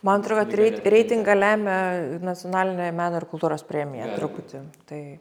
man atrodo kad reit reitingą lemia nacionalinė meno ir kultūros premija truputį tai